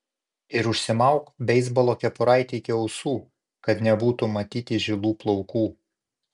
ir užsismauk beisbolo kepuraitę iki ausų kad nebūtų matyti žilų plaukų